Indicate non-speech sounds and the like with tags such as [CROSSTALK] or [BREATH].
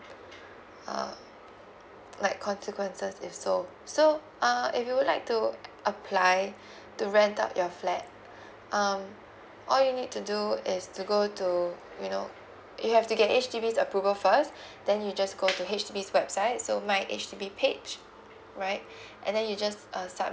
uh like consequences if so so uh if you would like to uh apply [BREATH] to rent out your flat [BREATH] um all you need to do is to go to you know you have to get H_D_B's approval first [BREATH] then you just go to H_D_B website so my H_D_B page right [BREATH] and then you just uh